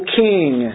king